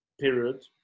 period